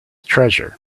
treasure